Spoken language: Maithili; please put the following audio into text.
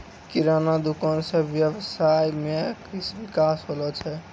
किराना दुकान से वेवसाय मे विकास होलो छै